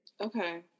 Okay